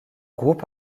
groupe